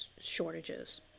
shortages